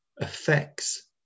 affects